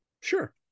Sure